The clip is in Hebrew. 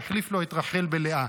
והחליף לו את רחל בלאה.